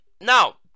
Now